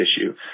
issue